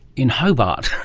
in hobart.